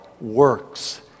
works